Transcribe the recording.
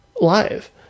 live